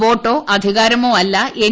വോട്ടോ അധികാരമോ അല്ല എൻ